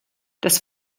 das